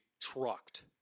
trucked